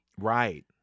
Right